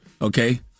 Okay